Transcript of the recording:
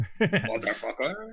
motherfucker